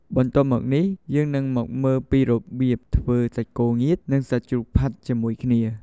បន្ទាប់មកនេះយើងនឹងមកមើលពីរបៀបធ្វើសាច់គោងៀតនិងសាច់ជ្រូកផាត់ជាមួយគ្នា។